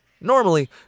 Normally